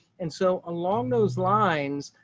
and so along those lines,